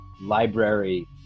library